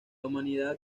humanidad